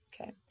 okay